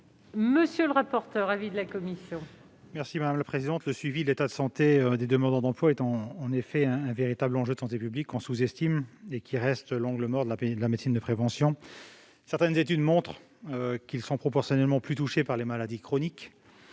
Quel est l'avis de la commission ? Le suivi de l'état de santé des demandeurs d'emploi est un véritable enjeu de santé publique, que l'on sous-estime et qui reste l'angle mort de la médecine de prévention. Certaines études montrent qu'ils sont proportionnellement plus touchés par les maladies chroniques,